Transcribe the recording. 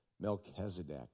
Melchizedek